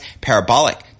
parabolic